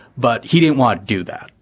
but he didn't want to do that.